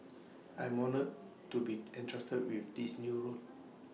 I am honoured to be entrusted with this new role